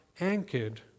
anchored